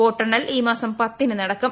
വോട്ടെണ്ണൽ ഈ മാസം പത്തിന് നടക്കും